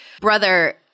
brother